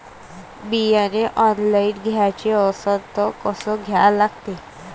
बियाने ऑनलाइन घ्याचे असन त कसं घ्या लागते?